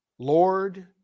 Lord